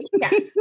Yes